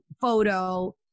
photo